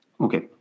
Okay